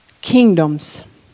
kingdoms